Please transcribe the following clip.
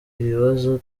ibibazo